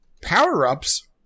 power-ups